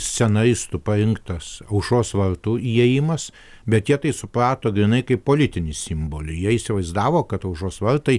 scenaristų parinktas aušros vartų įėjimas bet jie tai suprato grynai kaip politinį simbolį jie įsivaizdavo kad aušros vartai